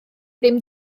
ddim